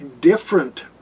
different